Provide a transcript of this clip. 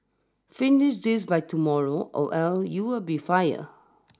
finish this by tomorrow or else you will be fire